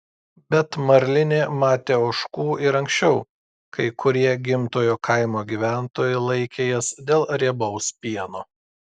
bet marlinė matė ožkų ir anksčiau kai kurie gimtojo kaimo gyventojai laikė jas dėl riebaus pieno